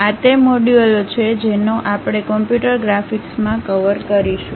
આ તે મોડ્યુલો છે જેનો આપણે કમ્પ્યુટર ગ્રાફિક્સમાં કવર કરીશું